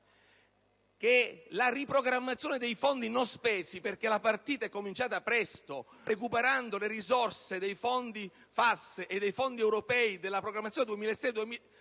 per la riprogrammazione dei fondi non spesi. Considerato che la partita è iniziata presto, recuperando le risorse dei fondi FAS e dei fondi europei della programmazione 2000-2006,